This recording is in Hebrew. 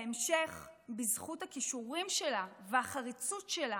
בהמשך, בזכות הכישורים שלה והחריצות שלה,